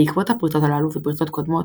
בעקבות הפריצות הללו ופריצות קודמות,